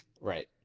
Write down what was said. Right